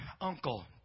uncle